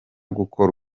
gukora